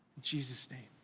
jesus name,